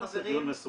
נעשה דיון מסודר.